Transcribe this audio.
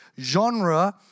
genre